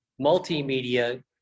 multimedia